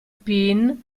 pin